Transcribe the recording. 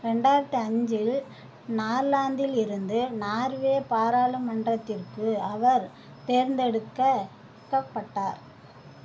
ரெண்டாயிரத்து அஞ்சில் நார்லாந்திலிருந்து நார்வே பாராளுமன்றத்திற்கு அவர் தேர்ந்தெடுக்கக்கப்பட்டார்